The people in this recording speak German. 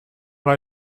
war